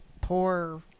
poor